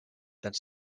tant